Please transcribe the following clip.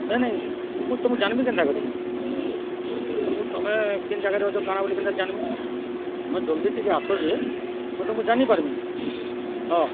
ନାଇଁ ନାଇଁ ମୁଁ ତୁମକୁ ଜାଣିବି କେନ୍ତା କରି ମୁଇଁ ତୁମକୁ ତୁମେ କେନ୍ ଜାଗାରେ ଅଛ କାଣା ବୋଲି କେନ୍ତା ଜାଣିବି ତୁମେ ଜଲ୍ଦି ଟିକେ ଆସ ଯେ ମୁଁ ତୁମକୁ ଜାଣି ପାରମି ହଁ